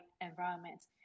environments